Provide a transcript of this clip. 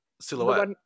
Silhouette